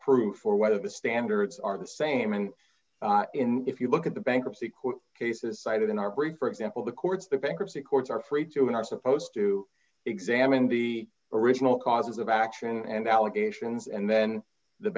proof or whether the standards are the same and if you look at the bankruptcy court cases cited in our brief for example the courts the bankruptcy courts are afraid to we are supposed to examine the original causes of action and allegations and then the